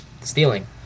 stealing